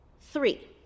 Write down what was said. Three